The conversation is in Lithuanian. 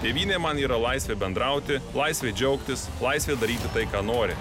tėvynė man yra laisvė bendrauti laisvė džiaugtis laisvė daryti tai ką nori